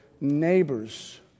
neighbor's